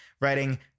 writing